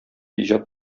иҗат